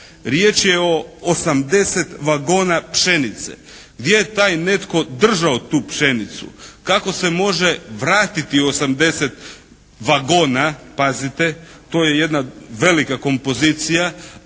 Riječ je o 80 vagona pšenice. Gdje je taj netko držao tu pšenicu? Kako se može vratiti 80 vagona pazite to je jedna velika kompozicija